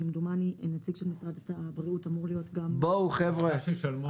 כמדומני נציג של משרד הבריאות אמור להיות גם שותף להחלטה.